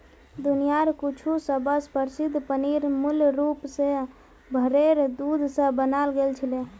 दुनियार कुछु सबस प्रसिद्ध पनीर मूल रूप स भेरेर दूध स बनाल गेल छिले